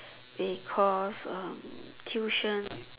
because um tuition